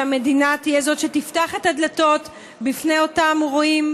שהמדינה תפתח את הדלתות בפני אותם הורים,